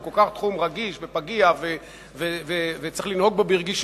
שהוא תחום כל כך רגיש ופגיע וצריך לנהוג בו ברגישות,